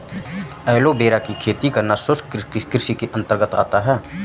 aloe vera की खेती करना शुष्क कृषि के अंतर्गत आता है